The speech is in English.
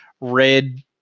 red